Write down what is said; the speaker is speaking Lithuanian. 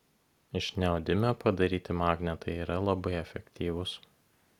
iš neodimio padaryti magnetai yra labai efektyvūs